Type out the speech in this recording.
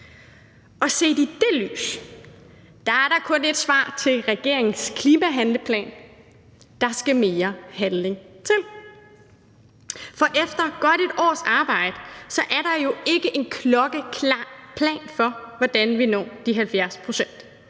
Set i det lys er der kun ét svar til regeringens klimahandleplan: Der skal mere handling til. Efter godt et års arbejde er der jo ikke en klokkeklar plan for, hvordan vi når de 70 pct.